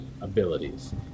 abilities